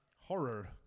Horror